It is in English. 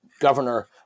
Governor